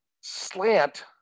slant